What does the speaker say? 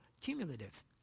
cumulative